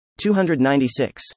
296